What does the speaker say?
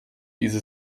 diese